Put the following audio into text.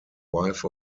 wife